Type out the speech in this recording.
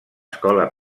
escola